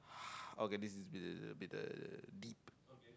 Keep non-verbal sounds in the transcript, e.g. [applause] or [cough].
[noise] okay this is a bit uh bit uh deep